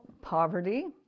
poverty